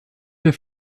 der